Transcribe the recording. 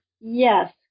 Yes